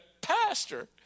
pastor